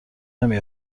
نمی